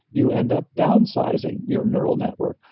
you end up downsizing your neural network.